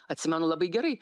atsimenu labai gerai